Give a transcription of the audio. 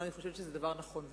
אני חושבת שזה דבר נכון וטוב.